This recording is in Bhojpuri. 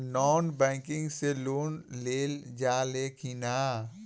नॉन बैंकिंग से लोन लेल जा ले कि ना?